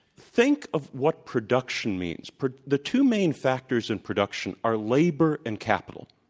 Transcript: think of what production means. the two main factors in production are labor and capital.